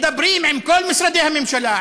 מדברים עם כל משרדי הממשלה,